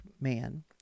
man